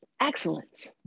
excellence